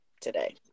today